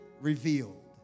revealed